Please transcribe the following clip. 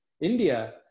India